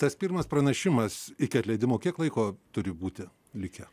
tas pirmas pranešimas iki atleidimo kiek laiko turi būti likę